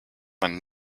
man